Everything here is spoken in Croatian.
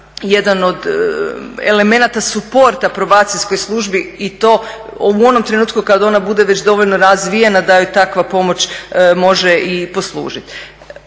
jedan od elemenata supporta probacijskoj službi i to u onom trenutku kad ona bude već dovoljno razvijena da joj takva pomoć može i poslužit.